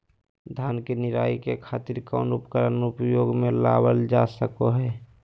धान के निराई के खातिर कौन उपकरण उपयोग मे लावल जा सको हय?